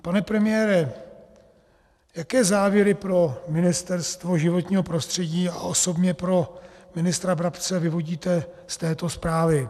Pane premiére, jaké závěry pro Ministerstvo životního prostředí a osobně pro ministra Brabce vyvodíte z této zprávy?